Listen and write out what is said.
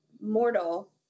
mortal